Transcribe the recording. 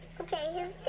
Okay